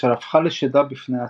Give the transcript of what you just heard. אשר הפכה לשדה בפני עצמה.